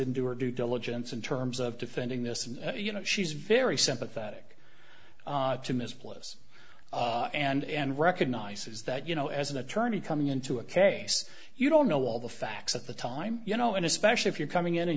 or due diligence in terms of defending this and you know she's very sympathetic to ms plus and recognizes that you know as an attorney coming into a case you don't know all the facts at the time you know and especially if you're coming in and